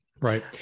right